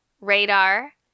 Radar